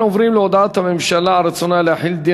אנחנו עוברים להודעת הממשלה על רצונה להחיל דין